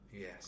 Yes